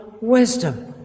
Wisdom